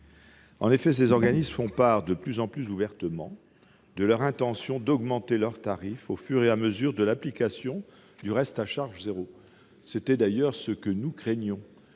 En effet, ces organismes font part de plus en plus ouvertement de leur intention d'augmenter leurs tarifs au fur et à mesure de l'application du reste à charge zéro- c'était ce que nous craignions,